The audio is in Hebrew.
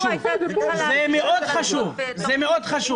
זה מאוד חשוב.